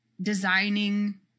designing